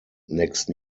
next